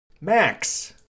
Max